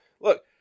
Look